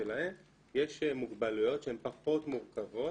מוגבלויות שהן פחות מורכבות,